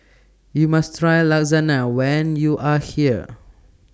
YOU must Try Lasagna when YOU Are here